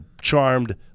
charmed